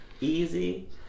easy